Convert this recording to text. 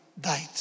died